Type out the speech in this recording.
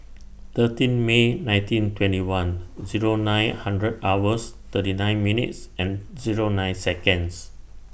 thirteen May nineteen twenty one Zero nine hundred hours thirty nine minutes and Zero nine Seconds